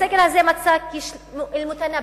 אלמותנבי.